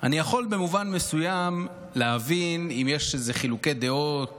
אני יכול במובן מסוים להבין אם יש איזשהם חילוקי דעות